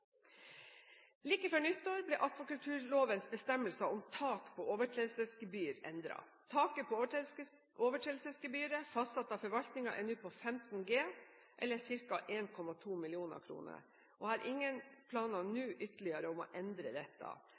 Like før nyttår ble akvakulturlovens bestemmelse om tak på overtredelsesgebyr endret. Taket på overtredelsesgebyret fastsatt av forvaltningen er nå på 15 G, eller ca. 1,2 mill. kr, og jeg har ingen ytterligere planer nå om å endre dette.